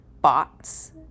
bots